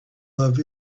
love